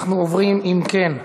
אם כן,